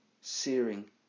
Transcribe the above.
searing